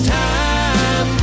time